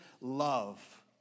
love